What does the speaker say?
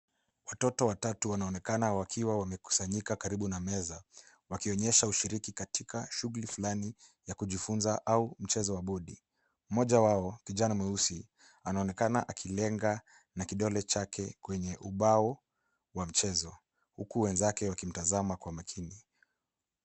Watoto watatu wanaonekana wakiwa wamekusanyika karibu na meza wakionyesha ushiriki katika shughuli fulani ya kujifunza au mchezo wa bodi. Mmoja wao kijana mweusi anaonekana akilenga na kidole chake kwenye ubao wa mchezo. Huku wenzake wakimtazama kwa makini.